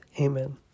Amen